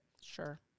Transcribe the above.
Sure